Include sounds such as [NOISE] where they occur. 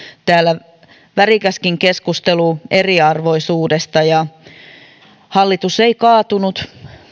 täällä värikäskin keskustelu eriarvoisuudesta [UNINTELLIGIBLE] hallitus ei kaatunut